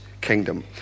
kingdom